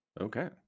Okay